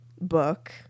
book